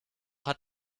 hat